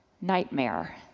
nightmare